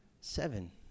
Seven